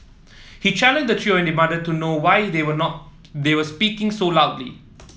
he challenged the trio and demanded to know why they were not they were speaking so loudly